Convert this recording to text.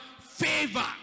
favor